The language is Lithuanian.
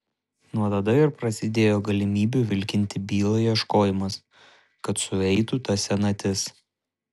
nuo tada ir prasidėjo galimybių vilkinti bylą ieškojimas kad sueitų ta senatis